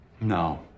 No